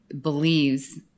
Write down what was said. believes